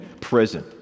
prison